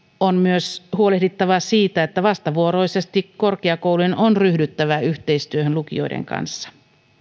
on myös huolehdittava siitä että vastavuoroisesti korkeakoulujen on ryhdyttävä yhteistyöhön lukioiden kanssa